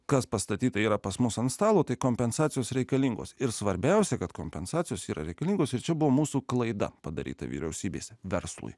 kas pastatyta yra pas mus ant stalo tai kompensacijos reikalingos ir svarbiausia kad kompensacijos yra reikalingos ir čia buvo mūsų klaida padaryta vyriausybės verslui